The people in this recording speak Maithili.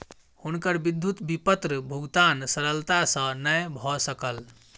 हुनकर विद्युत विपत्र भुगतान सरलता सॅ नै भ सकल